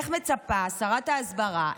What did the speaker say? איך מצפה שרת ההסברה,